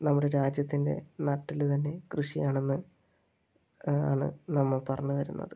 നമ്മുടെ രാജ്യത്തിൻ്റെ നട്ടെല്ല് തന്നെ കൃഷിയാണെന്ന് ആണ് നമ്മൾ പറഞ്ഞു വരുന്നത്